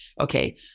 okay